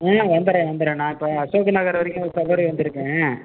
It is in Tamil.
ம் வந்துவிட்றேன் வந்துவிட்றேன் நான் இப்போ அசோக் நகர் வரைக்கும் ஒரு சவாரி வந்திருக்கேன்